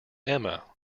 emma